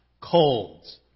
colds